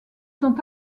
sont